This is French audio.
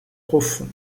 profond